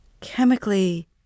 chemically